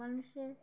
মানুষের